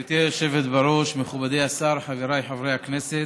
גברתי היושבת-בראש, מכובדי השר, חבריי חברי הכנסת,